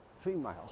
female